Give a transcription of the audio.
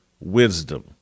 wisdom